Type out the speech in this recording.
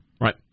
Right